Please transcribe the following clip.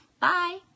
Bye